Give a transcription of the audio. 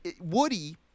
Woody –